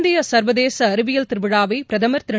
இந்திய சர்வதேச அறிவியல் திருவிழா வை பிரதமர் திரு